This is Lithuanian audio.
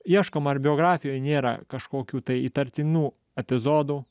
ieškoma ar biografijoj nėra kažkokių tai įtartinų epizodų